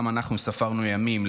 גם אנחנו ספרנו ימים,